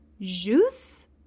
Jus